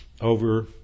over